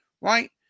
right